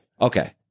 Okay